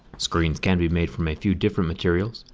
screens can be made from a few different materials.